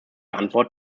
antwort